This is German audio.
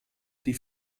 die